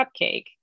cupcake